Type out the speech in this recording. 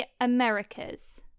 Americas